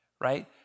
right